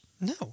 No